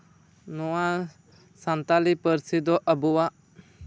ᱱᱚᱶᱟ ᱥᱟᱱᱛᱟᱞᱤ ᱯᱟᱹᱨᱥᱤ ᱫᱚ ᱟᱵᱚᱣᱟᱜ